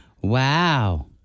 Wow